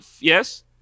Yes